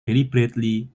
deliberately